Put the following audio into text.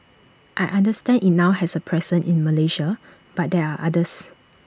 I understand IT now has A presence in Malaysia but there are others